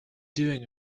doing